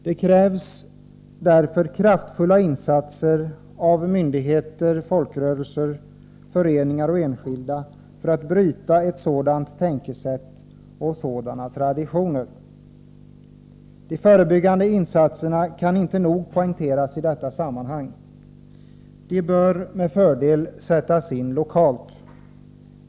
Det krävs därför kraftfulla insatser av myndigheter, folkrörelser, föreningar och enskilda för att bryta ett sådant tänkesätt och sådana traditioner. De förebyggande insatserna kan inte nog poängteras i detta sammanhang. De bör med fördel sättas in lokalt.